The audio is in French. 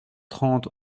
trente